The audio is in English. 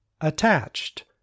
attached